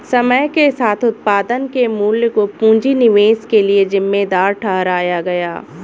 समय के साथ उत्पादन के मूल्य को पूंजी निवेश के लिए जिम्मेदार ठहराया गया